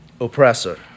Oppressor